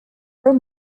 our